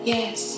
Yes